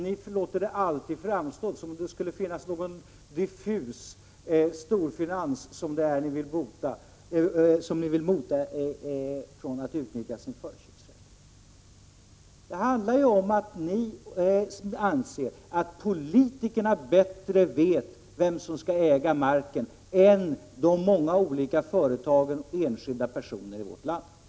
Ni får det alltid att framstå som om det skulle finnas någon diffus storfinans som ni vill mota från att utnyttja sin förköpsrätt. Det handlar om att ni anser att politikerna vet bättre vem som skall äga marken än de många olika företagen och enskilda personerna i vårt land.